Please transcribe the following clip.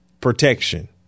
protection